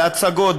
בהצגות,